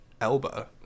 Elba